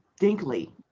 dinkley